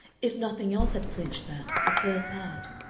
if nothing else had clinched that, the purse had.